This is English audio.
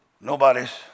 nobody's